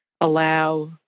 allow